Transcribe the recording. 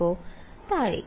വിദ്യാർത്ഥി താഴേക്ക്